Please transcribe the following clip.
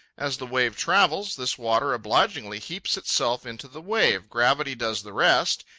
as the wave travels, this water obligingly heaps itself into the wave, gravity does the rest,